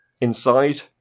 inside